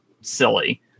silly